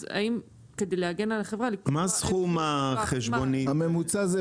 אז האם כדי להגן על החברה -- מה סכום החשבונית הממוצע?